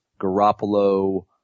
Garoppolo